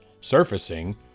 surfacing